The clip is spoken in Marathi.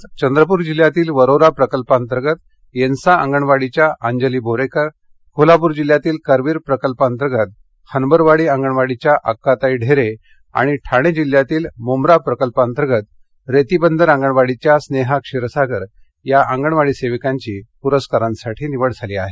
तसंच चंद्रपूर जिल्ह्यातील वरोरा प्रकल्पांतर्गत येनसा अंगणवाडीच्या अंजली बोरेकर कोल्हापूर जिल्ह्यातील करवीर प्रकल्पांतर्गत हनबरवाडी अंगणवाडीच्या अक्काताई ढेरे आणि ठाणे जिल्ह्यातील मुंब्रा प्रकल्पातर्गत रेती बदर अगणवाडीच्या स्नेहा क्षीरसागर या अगणवाडी सेविकांची निवड झाली आहे